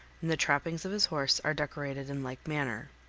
and the trappings of his horse are decorated in like manner.